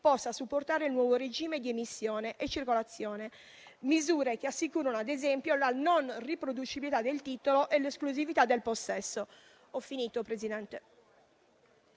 possa supportare il nuovo regime di emissione e circolazione, misure che assicurano, ad esempio, la non riproducibilità del titolo e l'esclusività del possesso.